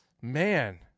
Man